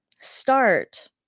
start